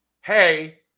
hey